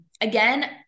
again